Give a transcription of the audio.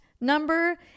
number